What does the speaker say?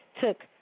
took